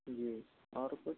जी और कुछ